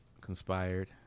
conspired